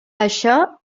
això